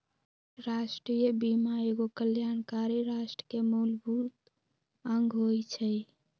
राष्ट्रीय बीमा एगो कल्याणकारी राष्ट्र के मूलभूत अङग होइ छइ